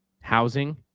housing